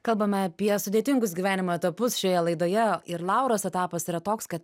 kalbame apie sudėtingus gyvenimo etapus šioje laidoje ir lauros etapas yra toks kad